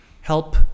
help